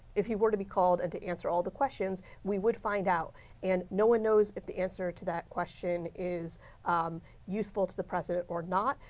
if he were to be called and to answer all the questions, we would find out. and no one knows if the answers to that question is useful to the president or not.